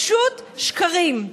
פשוט שקרים.